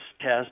test